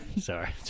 Sorry